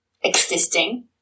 existing